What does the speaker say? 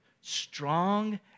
strong